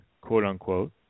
quote-unquote